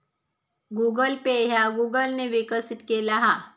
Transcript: Google Pay ह्या Google ने विकसित केला हा